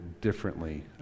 differently